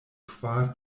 kvar